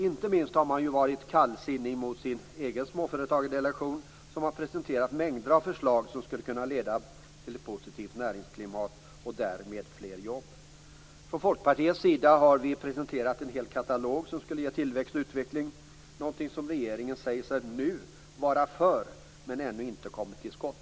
Inte minst har man varit kallsinnig mot sin egen småföretagardelegation, som har presenterat mängder av förslag som skulle kunna leda till ett positivt näringsklimat och därmed fler jobb. Från Folkpartiets sida har vi presenterat en hel katalog av förslag som skulle ge tillväxt och utveckling. Detta säger sig regeringen nu vara för, men den kommer ännu inte till skott.